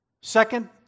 Second